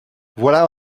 voilà